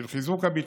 של חיזוק הביטחון,